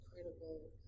incredible